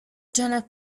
janet